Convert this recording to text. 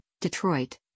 Detroit